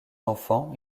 enfants